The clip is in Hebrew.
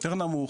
יותר נמוך,